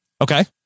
Okay